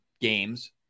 games